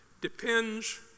Depends